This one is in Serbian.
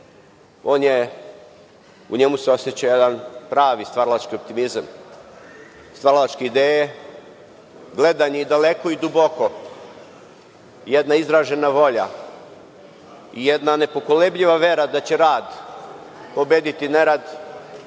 Srbiju. U njemu se oseća jedan pravi stvaralački optimizam, stvaralačke ideje, gledanje i daleko i duboko, jedna izražena volja i jedna nepokolebljiva vera da će rad pobediti nerad,